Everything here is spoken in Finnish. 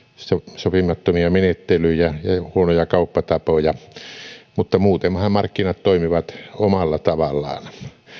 sopimattomia menettelyjä ja huonoja kauppatapoja mutta muutenhan markkinat toimivat omalla tavallaan